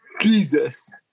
Jesus